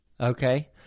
Okay